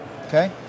Okay